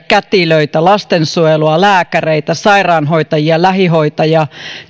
kätilöitä lastensuojelua lääkäreitä sairaanhoitajia lähihoitajia